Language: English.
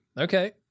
okay